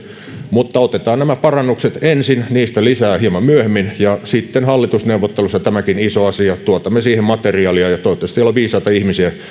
mutta otetaan nämä parannukset ensin niistä lisää hieman myöhemmin ja sitten hallitusneuvotteluissa on tämäkin iso asia tuotamme siihen materiaalia ja toivottavasti siellä on viisaita ihmisiä